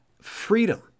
freedom